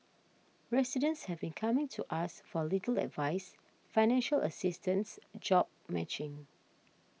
residents have been coming to us for legal advice financial assistance job matching